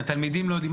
התלמידים לא יודעים?